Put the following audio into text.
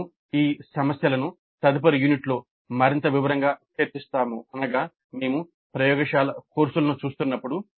మేము ఈ సమస్యలను తదుపరి యూనిట్లో మరింత వివరంగా చర్చిస్తాము అనగా మేము ప్రయోగశాల కోర్సులను చూస్తున్నప్పుడు